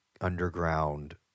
underground